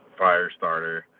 Firestarter